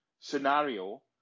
scenario